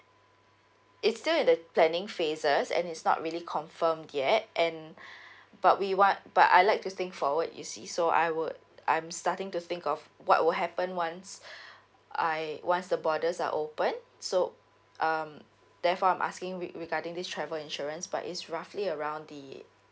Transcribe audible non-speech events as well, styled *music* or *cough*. it's still in the planning phases and is not really confirmed yet and *breath* but we want but I like to think forward you see so I would I'm starting to think of what will happen once *breath* I once the borders are open so um therefore I'm asking re~ regarding this travel insurance but it's roughly around the